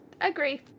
agree